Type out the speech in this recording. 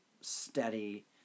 steady